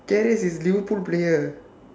karius is liverpool player